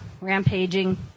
rampaging